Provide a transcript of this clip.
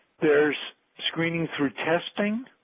there is screening through testing,